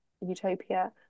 utopia